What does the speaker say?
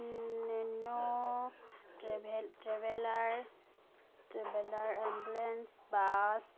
nano travel traveller traveller ambulance bus